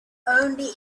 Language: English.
only